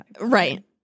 Right